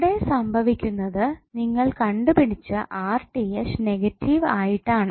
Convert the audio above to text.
കൂടെ സംഭവിക്കുന്നത് നിങ്ങൾ കണ്ടു പിടിച്ച നെഗറ്റീവ് ആയിട്ടാണ്